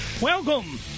Welcome